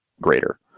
greater